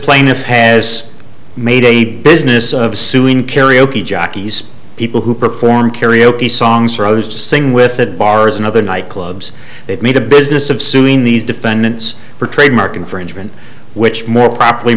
plaintiff has made a business of suing karaoke jockeys people who perform karaoke songs rose to sing with it bars and other nightclubs they've made a business of suing these defendants for trademark infringement which more properly